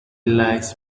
likes